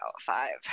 five